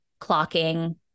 clocking